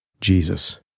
Jesus